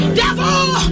devil